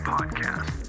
Podcast